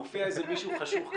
מופיע איזה מישהו חשוך כזה.